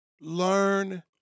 learn